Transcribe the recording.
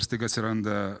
ir staiga atsiranda